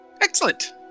Excellent